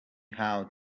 how